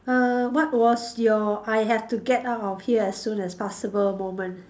err what was your I have to get out of here as soon as possible moment